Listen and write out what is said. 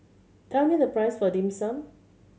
tell me the price of Dim Sum